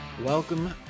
welcome